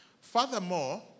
Furthermore